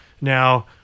now